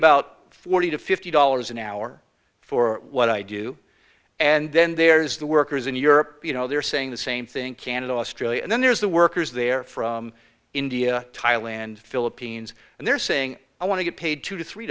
about forty to fifty dollars an hour for what i do and then there's the workers in europe you know they're saying the same thing canada australia and then there's the workers there from india thailand philippines and they're saying i want to get paid two to three